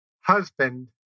husband